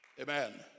Amen